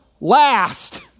last